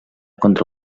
contra